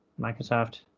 Microsoft